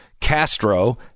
Castro